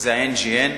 זה ה-NGN,